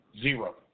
zero